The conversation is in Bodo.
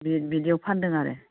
बिदियाव फान्दों आरो